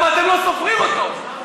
כי אתם לא רואים אותם ממטר.